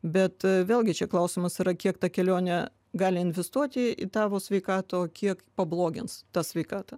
bet vėlgi čia klausimas yra kiek ta kelionė gali investuoti į tavo sveikatą kiek pablogins tą sveikatą